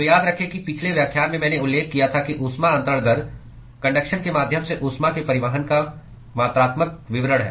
तो याद रखें कि पिछले व्याख्यान में मैंने उल्लेख किया था कि ऊष्मा अन्तरण दर कन्डक्शन के माध्यम से ऊष्मा के परिवहन का मात्रात्मक विवरण है